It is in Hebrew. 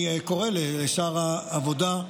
אני קורא לשר העבודה,